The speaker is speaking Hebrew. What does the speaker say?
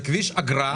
זה כביש אגרה.